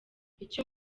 icyo